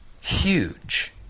huge